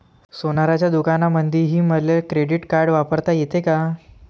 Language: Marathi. सोनाराच्या दुकानामंधीही मले क्रेडिट कार्ड वापरता येते का?